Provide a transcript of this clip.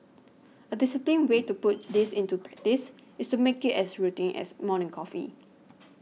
a disciplined way to put this into practice is to make it as routine as morning coffee